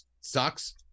sucks